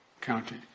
county